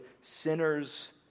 sinners